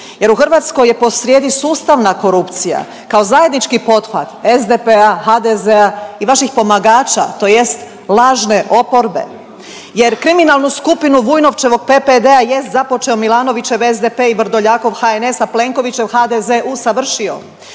jer u Hrvatskoj je posrijedi sustavna korupcija kao zajednički pothvat SDP-a, HDZ-a i vaših pomagača tj. lažne oporbe jer kriminalnu skupinu Vujnovčevog PPD-a jest započeo Milanovićev SDP i Vrdoljakov HNS, a Plenkovićev HDZ usavršio.